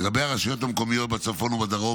לגבי הרשויות המקומיות בצפון ובדרום